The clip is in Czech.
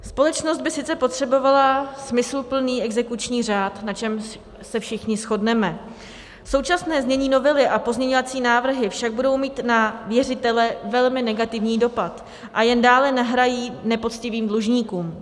Společnost by sice potřebovala smysluplný exekuční řád, na čemž se všichni shodneme, současné znění novely a pozměňovací návrhy však budou mít na věřitele velmi negativní dopad a jen dále nahrají nepoctivým dlužníkům.